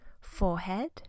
forehead